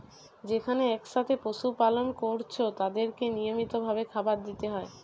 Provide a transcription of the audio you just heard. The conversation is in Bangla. যেখানে একসাথে পশু পালন কোরছে তাদেরকে নিয়মিত ভাবে খাবার দিতে হয়